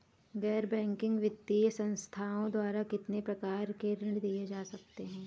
गैर बैंकिंग वित्तीय संस्थाओं द्वारा कितनी प्रकार के ऋण दिए जाते हैं?